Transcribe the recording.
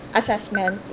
assessment